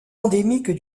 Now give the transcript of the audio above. endémique